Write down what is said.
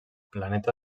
planeta